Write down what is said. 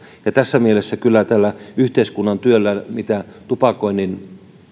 käyttöön tässä mielessä tällä yhteiskunnan työllä mitä tupakoinnin